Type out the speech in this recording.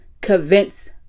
convince